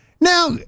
Now